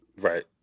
Right